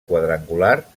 quadrangular